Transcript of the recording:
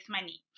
money